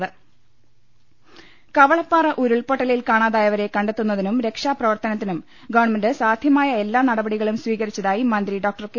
രുട്ട്ട്ട്ട്ട്ട്ട്ട കവളപ്പാറ ഉരുൾപൊട്ടലിൽ കാണാതായവരെ കണ്ടെത്തുന്നതിനും രക്ഷാ പ്രവർത്തനത്തിനും ഗവൺമെന്റ് സാധ്യമായ എല്ലാ നടപടികളും സ്വീകരി ച്ചതായി മന്ത്രി ഡോക്ടർ കെ